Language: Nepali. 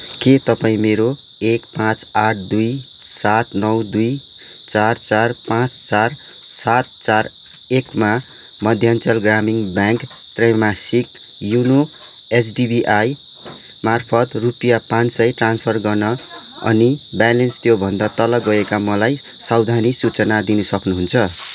के तपाईँ मेरो एक पाँच आठ दुई सात नौ दुई चार चार पाँच चार सात चार एक मा मध्याञ्चल ग्रामीण ब्याङ्क त्रैमासिक योनो एचडिबिआई मार्फत रुपियाँ पाँच सय ट्रान्सफर गर्न अनि ब्यालेन्स त्योभन्दा तल गएका मलाई सावधानी सूचना दिनु सक्नुहुन्छ